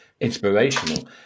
Inspirational